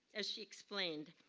as she explained,